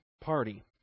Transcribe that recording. party